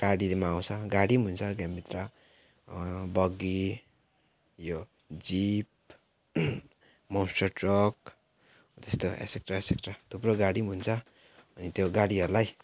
गाडीमा आउँछ गाडी हुन्छ गेम भित्र बग्गी यो जिप मोन्स्टर ट्रक त्यस्तो एसेक्ट्रा एसेक्ट्रा थुप्रो गाडी हुन्छ अनि त्यो गाडीहरूलाई